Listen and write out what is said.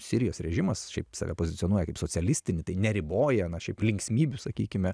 sirijos režimas šiaip save pozicionuoja kaip socialistinį tai neriboja na šiaip linksmybių sakykime